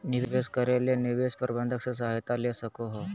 निवेश करे ले निवेश प्रबंधक से सहायता ले सको हो